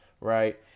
right